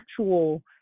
actual